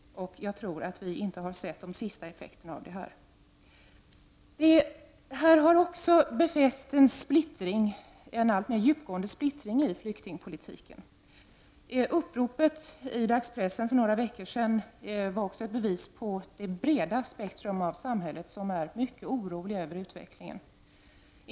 Jag tror att vi inte har sett de sista effekterna av det. Det har också befäst en alltmer djupgående splittring i flyktingpolitiken. Uppropet i dagspressen för några veckor sedan var ett bevis på att man i ett brett spektrum av samhället är mycket orolig över utvecklingen.